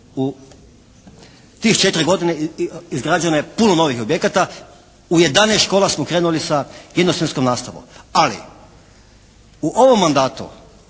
U tih 4 godine izgrađeno je puno novih objekata, u 11 škola smo krenuli sa jednosmjenskom nastavom, ali u ovom mandatu